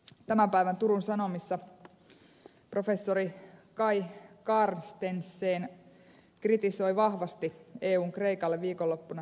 tämän päivän turun sanomissa professori kai carstensen kritisoi vahvasti eun kreikalle viikonloppuna sorvaamaa tukipakettia